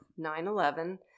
9-11